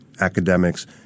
academics